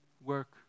work